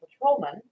Patrolman